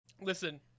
Listen